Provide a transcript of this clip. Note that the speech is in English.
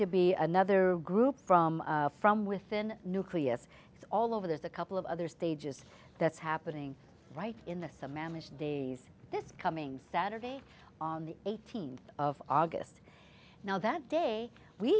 to be another group from from within nucleus it's all over there's a couple of other stages that's happening right in the some mannish days this coming saturday on the eighteenth of august now that day we